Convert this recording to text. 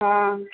हँ